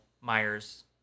Myers